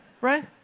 right